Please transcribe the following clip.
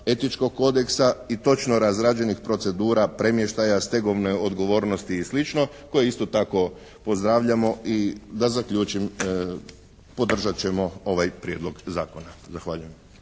etičkog kodeksa i točno razrađenih procedura premještaja stegovne odgovornosti i slično koje isto tako pozdravljamo i da zaključim podržat ćemo ovaj Prijedlog zakona. Zahvaljujem.